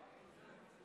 לאור בקשה מיוחדת,